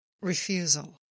Refusal